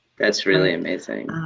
that's really amazing.